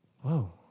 Whoa